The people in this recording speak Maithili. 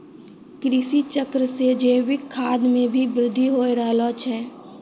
कृषि चक्र से जैविक खाद मे भी बृद्धि हो रहलो छै